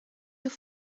your